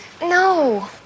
No